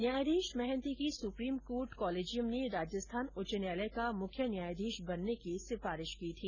न्यायाधीश महंती की supreme court collegium ने राजस्थान उच्च न्यायालय का मुख्य न्यायाधीश बनने की सिफारिश की थी